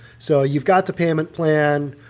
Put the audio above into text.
so you've got the payment plan.